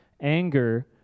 Anger